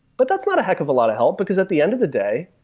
but that's not a heck of a lot of help, because at the end of the day,